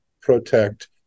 protect